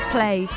Play